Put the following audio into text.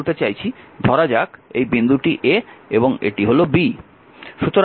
আমি বলতে চাইছি ধরা যাক এই বিন্দুটি a এবং এটি হল b